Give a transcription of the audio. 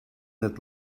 het